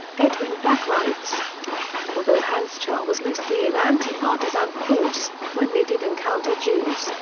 edwin black writes although handschar was mostly an anti-partisan force, when they did encounter jews,